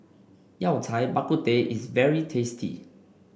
Yao Cai Bak Kut Teh is very tasty